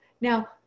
Now